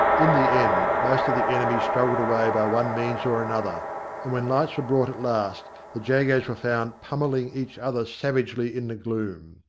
in the end, most of the enemy struggled away by one means or another, and when lights were brought at last the jagos were found pummelling each other savagely in the gloom.